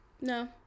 No